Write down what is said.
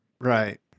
Right